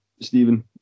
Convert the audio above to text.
Stephen